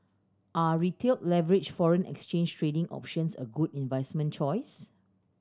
are Retail leveraged foreign exchange trading options a good investment choice